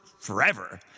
forever